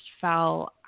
fell